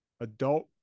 adult